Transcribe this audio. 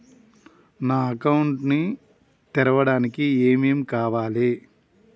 నా అకౌంట్ ని తెరవడానికి ఏం ఏం కావాలే?